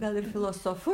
gal ir filosofu